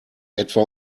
etwa